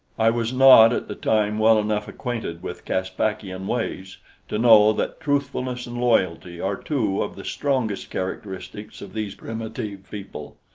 i was not at the time well enough acquainted with caspakian ways to know that truthfulness and loyalty are two of the strongest characteristics of these primitive people.